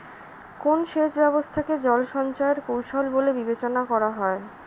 কোন সেচ ব্যবস্থা কে জল সঞ্চয় এর কৌশল বলে বিবেচনা করা হয়?